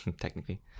technically